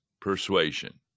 persuasion